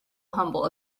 humble